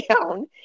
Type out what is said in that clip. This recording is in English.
down